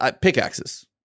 pickaxes